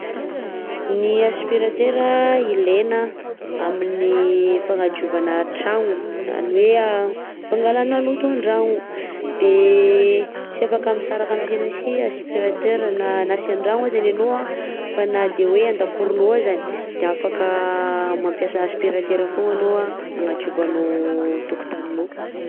Ny aspiratera ilaina amin'ny fagnadiovana tragno, zany hoe fangalana loto an-dragno, de sy afaka misaraka aminsena si aspiratera na na sy an-dragno azany ianao anh fa na de hoe an-dakoronao azany de afaka mampiasa aspiratera foagna anao anh hagnadiovanao tokotaninao.